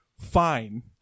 fine